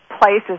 places